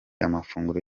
amafunguro